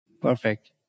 Perfect